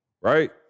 right